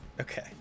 Okay